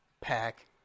pack